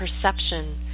perception